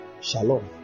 Shalom